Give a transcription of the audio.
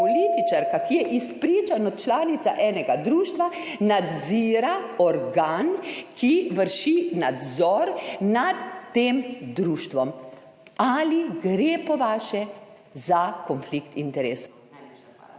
ki je izpričano članica enega društva, nadzira organ, ki vrši nadzor nad tem društvom? Ali gre po vašem za konflikt interesov?